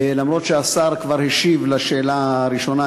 למרות שהשר כבר השיב על השאלה הראשונה,